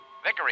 Vickery